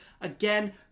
again